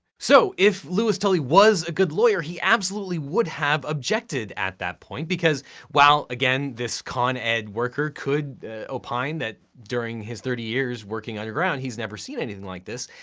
so, if louis totally was a good lawyer, he absolutely would have objected at that point because well, again, this con ed worker, could opine that during his thirty years working underground, he's never seen anything like this.